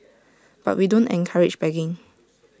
but we don't encourage begging